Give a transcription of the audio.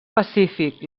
pacífic